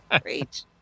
Great